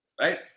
Right